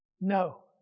No